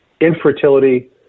infertility